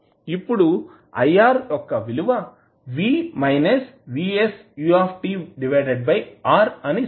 ఇప్పుడు iR యొక్క విలువ అని సూచించవచ్చు